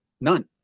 none